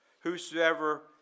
whosoever